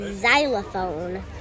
xylophone